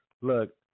Look